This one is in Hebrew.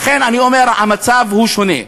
לכן אני אומר, המצב שונה.